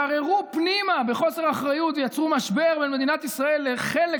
גררו פנימה בחוסר אחריות ויצרו משבר בין מדינת ישראל לחלק